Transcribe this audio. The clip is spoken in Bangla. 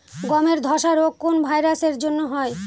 গমের ধসা রোগ কোন ভাইরাস এর জন্য হয়?